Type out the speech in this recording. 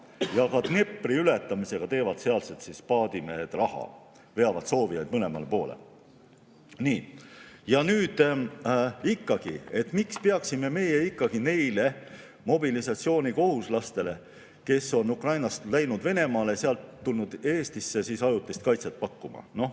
Ka Dnepri ületamisega teevad sealsed paadimehed raha, veavad soovijaid mõlemale poole. Nii. Ja nüüd ikkagi küsimus, miks peaksime meie ikkagi neile mobilisatsioonikohuslastele, kes on Ukrainast läinud Venemaale ja sealt tulnud Eestisse, ajutist kaitset pakkuma. Noh,